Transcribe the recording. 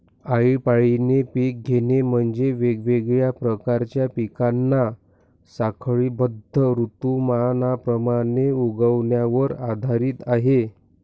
आळीपाळीने पिक घेणे म्हणजे, वेगवेगळ्या प्रकारच्या पिकांना साखळीबद्ध ऋतुमानाप्रमाणे उगवण्यावर आधारित आहे